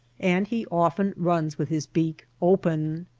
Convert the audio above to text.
and he often runs with his beak open.